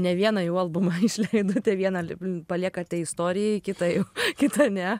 ne vieną jau albumų išleidote vieną paliekate istorijai kitą jau kitą ne